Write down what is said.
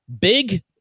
Big